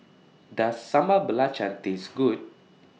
Does Sambal Belacan Taste Good